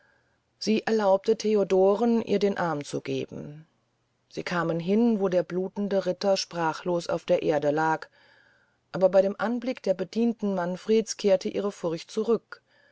sie erlaubte theodoren ihr den arm zu geben sie kamen hin wo der blutende ritter sprachlos auf der erde lag aber bei dem anblick der bedienten manfreds kehrte ihre furcht zurück